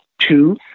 Two